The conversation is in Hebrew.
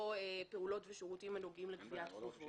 לא פעולות ושירותים הנוגעים לגביית חובות.